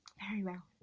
very well!